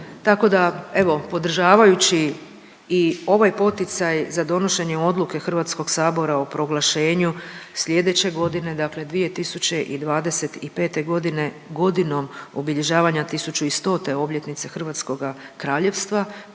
Tako da evo podržavajući i ovaj poticaj za donošenje odluke HS o proglašenju slijedeće godine, dakle 2025.g. godinom obilježavanja 1100-te obljetnice Hrvatskoga Kraljevstva,